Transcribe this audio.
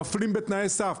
מפלים בתנאי סף.